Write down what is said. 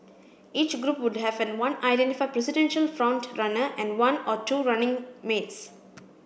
each group would have one identified presidential front runner and one or two running mates